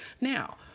Now